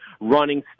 running